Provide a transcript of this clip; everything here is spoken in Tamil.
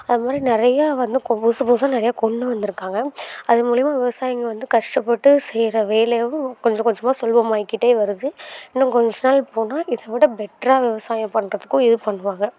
அது மாதிரி நிறையா வந்து இப்போ புதுசு புதுசாக நிறையா கொண்டு வந்திருக்காங்க அது மூலயமா விவசாயிங்கள் வந்து கஷ்டப்பட்டு செய்கிற வேலையாகவும் கொஞ்சம் கொஞ்சமாக சுலபமாகிக்கிட்டே வருது இன்னும் கொஞ்ச நாள் போனால் இதை விட பெட்ராக விவசாயம் பண்ணுறதுக்கும் இது பண்ணுவாங்க